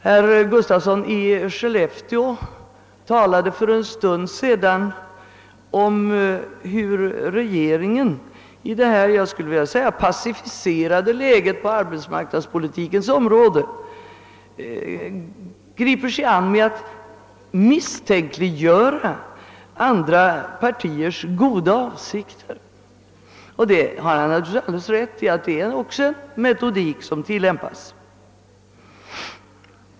Herr Gustafsson i Skellefteå talade för en stund sedan om hur regeringen i det pacificerade läget på arbetsmarknadspolitikens område griper sig an med att misstänkliggöra andra partiers goda avsikter. Naturligtvis har han rätt i att det också är en metodik som tillämpas.